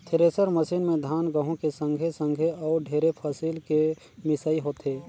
thresher machine में धान, गहूँ के संघे संघे अउ ढेरे फसिल के मिसई होथे